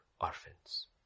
orphans